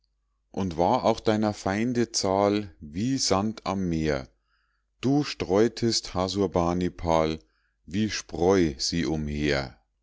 und war auch deiner feinde zahl wie sand am meer du streutest hasurbanipal wie spreu sie umher